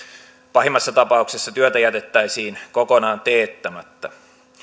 pahimmassa tapauksessa työtä jätettäisiin kokonaan teettämättä